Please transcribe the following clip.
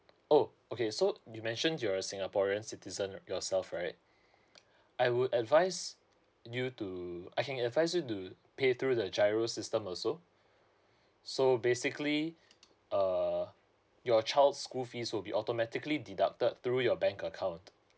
oh okay so you mentioned you're a singaporean citizen yourself right I would advise you to I can advise you to pay through the giro system also so basically uh your child's school fees will be automatically deducted through your bank account